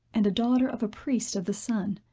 and a daughter of a priest of the sun.